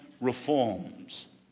reforms